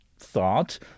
thought